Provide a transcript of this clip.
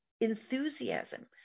enthusiasm